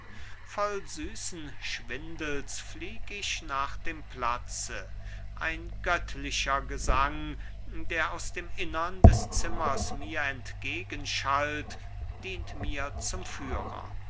voll süßen schwindels flieg ich nach dem platze ein göttlicher gesang der aus dem innern des zimmers mir entgegenschallt dient mir zum führer